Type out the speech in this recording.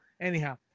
Anyhow